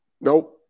Nope